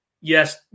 yes